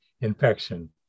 infection